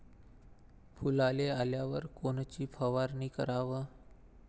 फुलाले आल्यावर कोनची फवारनी कराव?